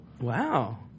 wow